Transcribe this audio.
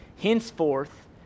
Henceforth